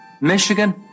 Michigan